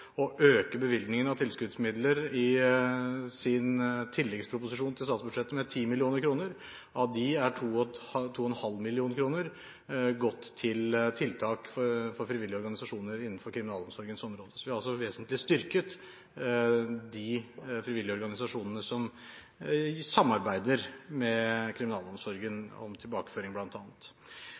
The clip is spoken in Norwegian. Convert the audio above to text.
i sin tilleggsproposisjon til statsbudsjettet med 10 mill. kr. Av dem er 2,5 mill. kr gått til tiltak for frivillige organisasjoner innenfor kriminalomsorgens område. Så vi har altså vesentlig styrket de frivillige organisasjonene som samarbeider med kriminalomsorgen om bl.a. tilbakeføring.